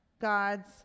God's